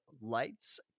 Lights